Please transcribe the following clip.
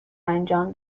انجام